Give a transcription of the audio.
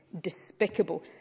despicable